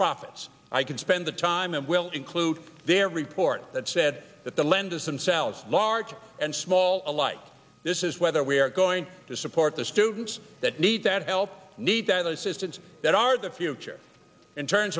profits i can spend the time and will include their report that said that the lenders themselves large and small alike this is whether we are going to support the students that need that help need that assistance that are the future in terms